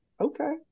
okay